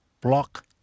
block